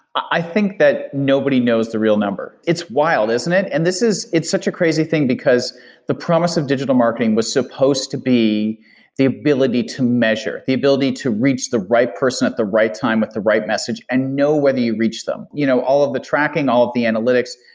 i think that nobody knows the real number. it's wild, isn't it? and it's such a crazy thing, because the promise of digital marketing was supposed to be the ability to measure, the ability to reach the right person at the right time with the right message and know whether you reached them. you know all of the tracking, all of the analytics,